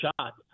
shot